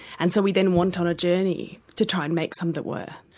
and so we then went on a journey to try and make some that were.